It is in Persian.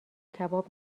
کباب